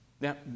Now